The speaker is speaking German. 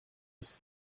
ist